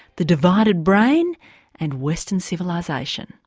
the divided brain and western civilisation!